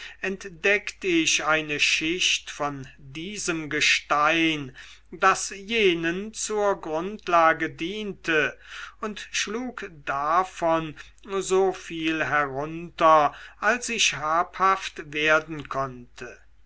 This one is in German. entdeckt ich eine schicht von diesem gestein das jenen zur grundlage diente und schlug davon so viel herunter als ich habhaft werden konnte